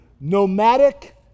nomadic